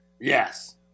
Yes